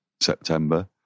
September